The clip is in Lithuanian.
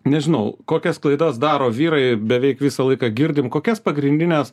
nežinau kokias klaidas daro vyrai beveik visą laiką girdim kokias pagrindines